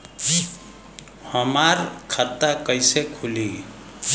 हमार खाता कईसे खुली?